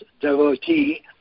devotee